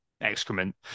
excrement